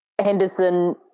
Henderson